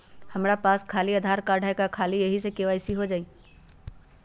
हमरा पास खाली आधार कार्ड है, का ख़ाली यही से के.वाई.सी हो जाइ?